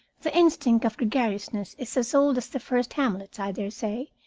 the instinct of gregariousness is as old as the first hamlets, i daresay,